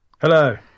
Hello